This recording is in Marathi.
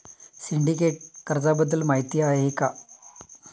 सिंडिकेट कर्जाबद्दल माहिती आहे का?